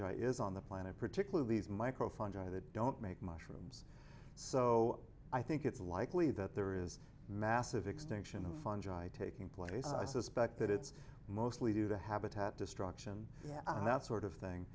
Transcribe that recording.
i is on the planet particularly these micro fungi that don't make mushrooms so i think it's likely that there is massive extinction of fungi taking place i suspect that it's mostly due to habitat destruction and that sort of thing